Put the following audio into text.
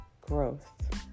growth